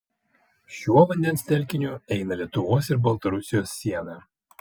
šiuo vandens telkiniu eina lietuvos ir baltarusijos siena